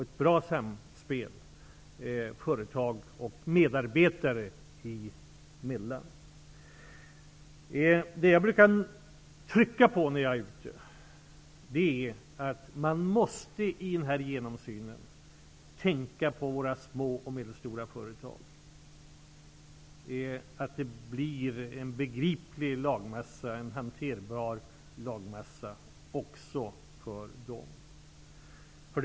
Ett bra samspel företag och medarbetare emellan är viktigt. Det jag brukar trycka på när jag är ute och talar är att man i den här genomsynen måste tänka på våra små och medelstora företag, så att det blir en begriplig och hanterbar lagmassa också för dem.